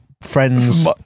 friends